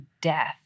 death